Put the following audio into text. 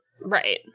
right